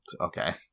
okay